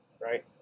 right